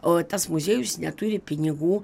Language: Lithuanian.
o tas muziejus neturi pinigų